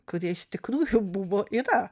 kurie iš tikrųjų buvo yra